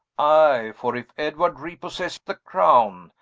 i for if edward re-possesse the crowne,